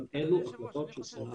אבל אלה החלטות של סנאט הטכניון.